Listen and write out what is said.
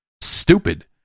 stupid